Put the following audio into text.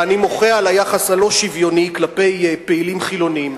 ואני מוחה על היחס הלא-שוויוני כלפי פעילים חילונים.